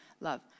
Love